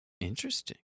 Interesting